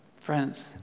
Friends